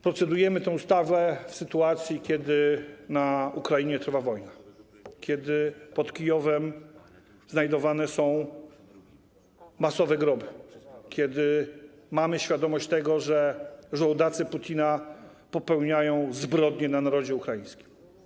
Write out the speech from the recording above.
Procedujemy nad tą ustawą w sytuacji, kiedy na Ukrainie trwa wojna, kiedy pod Kijowem znajdowane są masowe groby, kiedy mamy świadomość tego, że żołdacy Putina popełniają zbrodnie na narodzie ukraińskim.